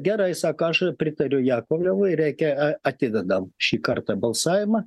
gerai sako aš pritariu jakovlevui reikia a atidedam šį kartą balsavimą